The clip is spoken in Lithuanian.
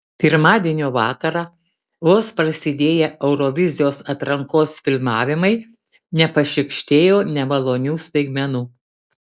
pirmadienio vakarą vos prasidėję eurovizijos atrankos filmavimai nepašykštėjo nemalonių staigmenų